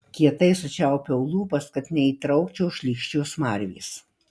kietai sučiaupiau lūpas kad neįtraukčiau šlykščios smarvės